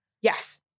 Yes